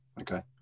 Okay